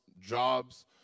jobs